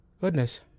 Goodness